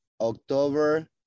october